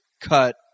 cut